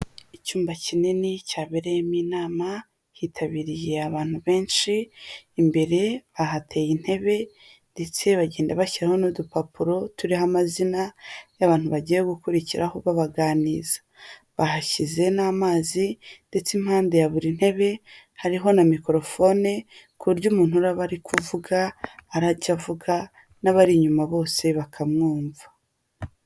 Icyumba kinini, cyabereyemo inama, hitabiriye abantu benshi, imbere bahateye intebe ndetse bagenda bashyiraho n'udupapuro turiho amazina y'abantu bagiye gukurikiraho babaganiriza. Bahashyize n'amazi ndetse impande ya buri ntebe, hariho na microphone, ku buryo umuntu uraba ari kuvuga, arajya uvuga n'abari inyuma bose bakamwumva.